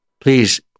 please